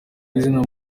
izina